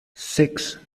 six